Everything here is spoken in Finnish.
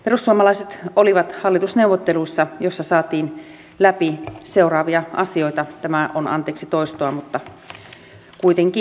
perussuomalaiset olivat hallitusneuvotteluissa joissa saatiin läpi seuraavia asioita tämä on anteeksi toistoa mutta kuitenkin